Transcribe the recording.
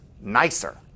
nicer